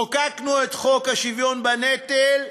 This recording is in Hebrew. חוקקנו את חוק השוויון בנטל,